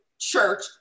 church